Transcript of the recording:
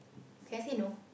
can I say no